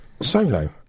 Solo